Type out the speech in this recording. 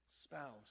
spouse